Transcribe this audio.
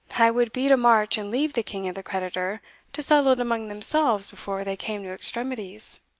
i would beat a march and leave the king and the creditor to settle it among themselves before they came to extremities.